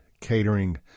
catering